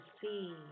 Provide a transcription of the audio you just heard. see